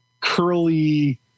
curly